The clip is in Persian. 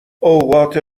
اوقات